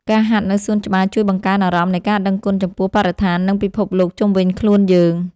ការហាត់នៅសួនច្បារជួយបង្កើនអារម្មណ៍នៃការដឹងគុណចំពោះបរិស្ថាន និងពិភពលោកជុំវិញខ្លួនយើង។